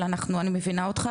אבל אני מבינה אותך,